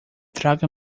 traga